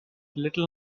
little